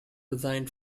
resigned